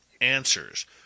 Answers